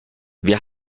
wir